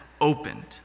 opened